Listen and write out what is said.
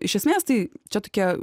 iš esmės tai čia tokia